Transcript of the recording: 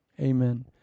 Amen